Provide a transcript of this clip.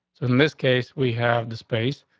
so in this case, we have the space.